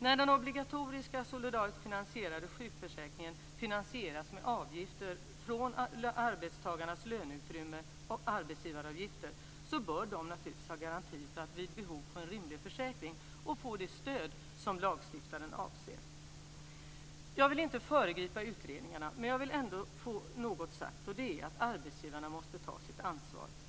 När den obligatoriska solidariskt finansierade sjukförsäkringen finansieras med avgifter från arbetstagarnas löneutrymme och arbetsgivaravgifter bör de naturligtvis ha garanti för att vid behov få en rimlig försäkring och få det stöd som lagstiftaren avser. Jag vill inte föregripa utredningarna, men jag vill ändå få något sagt. Det är att arbetsgivarna måste ta sitt ansvar.